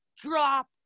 drop